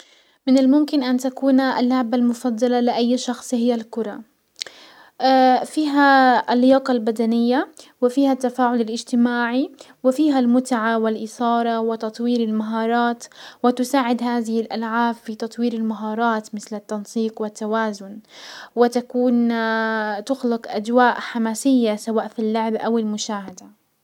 من الممكن ان تكون اللعبة المفضلة لاي شخص هي الكرة فيها اللياقة البدنية وفيها التفاعل الاجتماعي وفيها المتعة والاثارة وتطوير المهارات، وتساعد هزه الالعاب في تطوير المهارات مسل التنسيق توازن وتكون تخلق اجواء حماسية سواء في اللعب او المشاهدة.